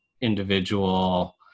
individual